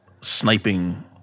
sniping